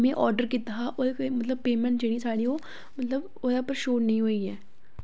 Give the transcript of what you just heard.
मैं आर्डर कीता हा ओह्दी मतलव पेमैंट जेह्ड़ी साढ़ी ओह् मतलव ओह्दै पर शोह् नी होई ऐ